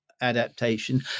adaptation